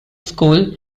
school